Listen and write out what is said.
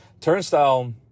Turnstile